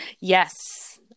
Yes